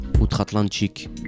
Outre-Atlantique